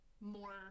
more